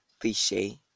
cliche